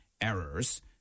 errors